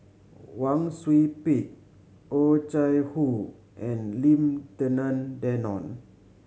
Wang Sui Pick Oh Chai Hoo and Lim Denan Denon